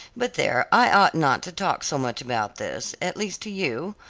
but there i ought not to talk so much about this, at least to you,